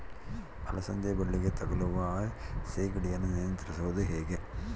ಅಲಸಂದಿ ಬಳ್ಳಿಗೆ ತಗುಲುವ ಸೇಗಡಿ ಯನ್ನು ನಿಯಂತ್ರಿಸುವುದು ಹೇಗೆ?